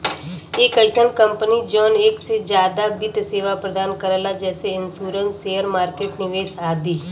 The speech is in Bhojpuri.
एक अइसन कंपनी जौन एक से जादा वित्त सेवा प्रदान करला जैसे इन्शुरन्स शेयर मार्केट निवेश आदि